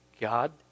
God